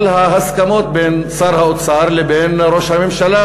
על ההסכמות בין שר האוצר לבין ראש הממשלה